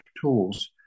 tools